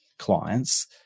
clients